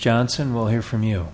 johnson will hear from you